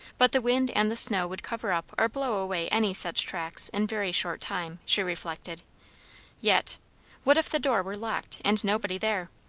but the wind and the snow would cover up or blow away any such tracks in very short time, she reflected yet what if the door were locked and nobody there!